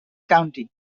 county